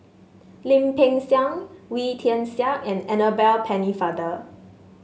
Lim Peng Siang Wee Tian Siak and Annabel Pennefather